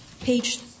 Page